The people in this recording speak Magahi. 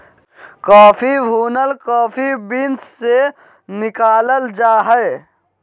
कॉफ़ी भुनल कॉफ़ी बीन्स से निकालल जा हइ